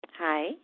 Hi